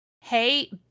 Hey